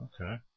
Okay